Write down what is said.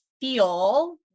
feel